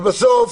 לבסוף,